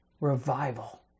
revival